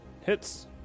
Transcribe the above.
Hits